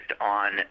on